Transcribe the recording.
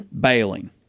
bailing